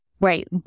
Right